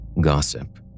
gossip